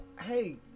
hey